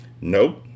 Nope